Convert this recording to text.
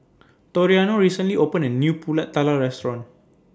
Toriano recently opened A New Pulut Tatal Restaurant